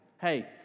Hey